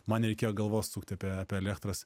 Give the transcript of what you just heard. man nereikėjo galvos sukti apie apie elektros